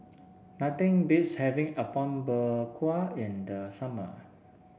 nothing beats having Apom Berkuah in the summer